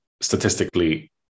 statistically